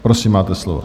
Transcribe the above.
Prosím, máte slovo.